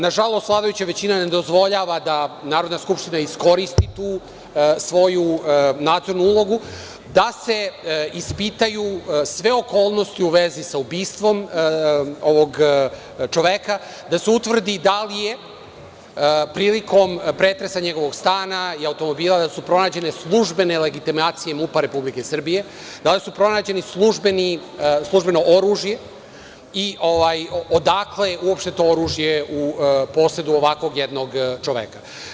Nažalost, vladajuća većina ne dozvoljava da Narodna skupština iskoristi tu svoju nadzornu ulogu, da se ispitaju sve okolnosti u vezi sa ubistvom ovog čoveka, da se utvrdi da li su prilikom pretresa njegovog stana i automobila pronađene službene legitimacije MUP-a Republike Srbije, da li je pronađeno službeno oružje i odakle uopšte to oružje u posedu ovakvog jednog čoveka.